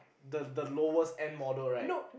the the lowest end model right